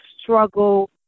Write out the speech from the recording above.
struggle